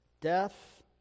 death